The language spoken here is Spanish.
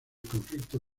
conflicto